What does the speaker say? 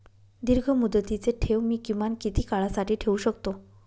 दीर्घमुदतीचे ठेव मी किमान किती काळासाठी ठेवू शकतो?